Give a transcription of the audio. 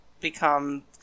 become